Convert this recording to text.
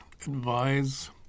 advise